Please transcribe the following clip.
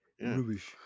Rubbish